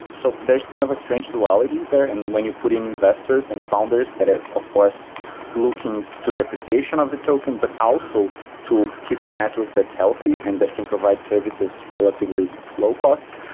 so there's kind of a strange duality there, and when you put in investors and founders that are of course looking to the appreciation of the token, but also to keeping a network that's healthy and that can provide services relatively low cost,